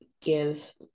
give